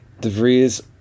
DeVries